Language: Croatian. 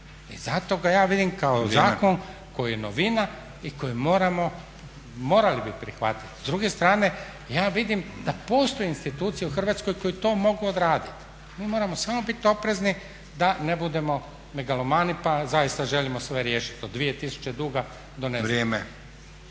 I zato ga ja vidim kao zakon koji je novina i koji morali bi prihvatiti. S druge strane ja vidim da postoje institucije u Hrvatskoj koje to mogu odraditi. Mi moramo samo biti oprezni da ne budemo megalomani pa zaista želimo sve riješiti od 2000 duga do ne znam.